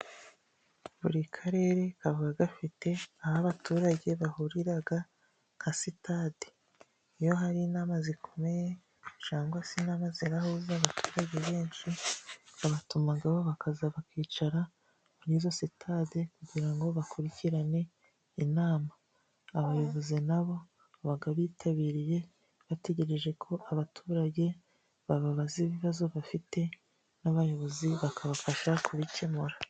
Buri karere kaba gafite aho abaturage bahuriraga nka sitade, iyo hari inama zikomeye cyangwa se inama zirahuza abaturage benshi babatumaho bakaza bakicara muri izo sitade kugira ngo bakurikirane inama. Abayobozi na bo baba bitabiriye bategereje ko abaturage bababaza ibibazo bafite, n'abayobozi bakabafasha kubikemura.